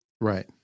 Right